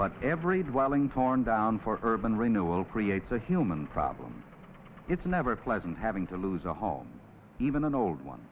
but every dwelling torn down for herb and renewal creates a human problem it's never pleasant having to lose a home even an old one